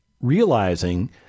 realizing